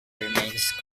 remains